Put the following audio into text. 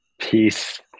Peace